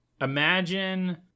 imagine